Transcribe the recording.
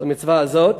למצווה הזאת.